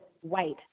white